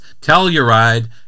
telluride